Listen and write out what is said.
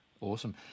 Awesome